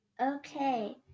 Okay